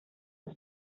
ist